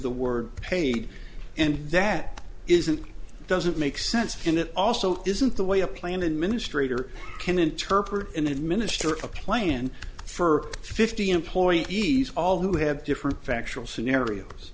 the word paid and that isn't doesn't make sense and it also isn't the way a plan administrator can interpret in administer a plan for fifty employees all who have different factual scenarios